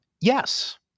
Yes